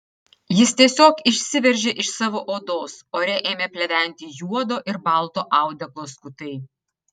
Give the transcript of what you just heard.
jis tiesiog išsiveržė iš savo odos ore ėmė pleventi juodo ir balto audeklo skutai